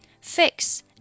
Fix